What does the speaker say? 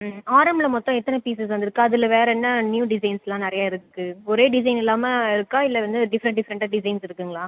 ஆரம்மில் மொத்தம் எத்தனை பீஸஸ் வந்துருக்கு அதில் வேறு என்ன நியூ டிசைன்ஸ்லாம் நிறைய இருக்கு ஒரே டிசைன் இல்லாமல் இருக்கா இல்லை வந்து டிஃப்ரண்ட் டிஃப்ரண்ட்டாக டிசைன்ஸ் இருக்குங்களா